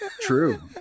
True